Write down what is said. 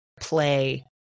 play